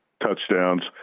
touchdowns